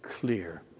clear